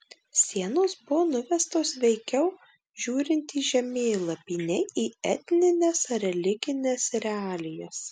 sienos buvo nuvestos veikiau žiūrint į žemėlapį nei į etnines ar religines realijas